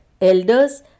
elders